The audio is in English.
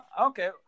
Okay